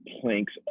planks